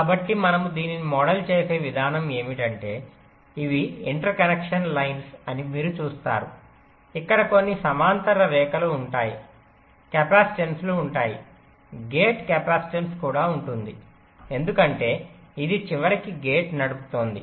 కాబట్టి మనము దీనిని మోడల్ చేసే విధానం ఏమిటంటే ఇవి ఇంటర్ కనెక్షన్ లైన్ అని మీరు చూస్తారు ఇక్కడ కొన్ని సమాంతర రేఖలు ఉంటాయి కెపాసిటెన్సులు ఉంటాయి గేట్ కెపాసిటెన్స్ కూడా ఉంటుంది ఎందుకంటే ఇది చివరికి గేట్ నడుపుతోంది